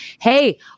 hey